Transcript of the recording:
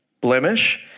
blemish